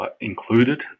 included